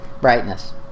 Brightness